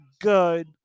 good